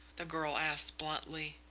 the girl asked bluntly.